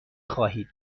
خواهید